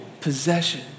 possession